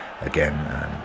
again